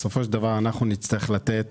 בסופו של דבר אנחנו נצטרך לתת